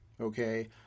okay